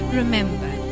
remember